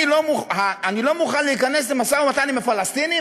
אני לא מוכן להיכנס למשא-ומתן עם הפלסטינים,